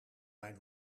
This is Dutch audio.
mijn